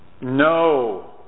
No